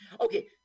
okay